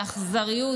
באכזריות,